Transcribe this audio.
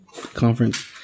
conference